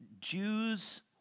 Jews